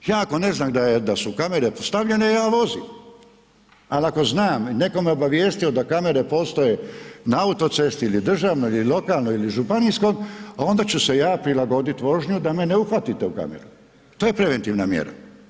Ja ako ne znam da su kamere postavljene ja vozim, ali ako znam i netko me obavijestio da kamere postoje, na autocesti ili državnoj ili lokalnoj ili županijskoj a onda ću se ja prilagoditi vožnji da me ne uhvatite u kameru, to je preventivna mjera.